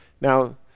Now